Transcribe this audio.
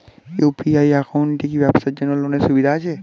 UPI একাউন্টে কি ব্যবসার জন্য লোনের সুবিধা আছে?